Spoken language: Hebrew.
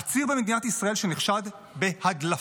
עציר במדינת ישראל שנחשד בהדלפה.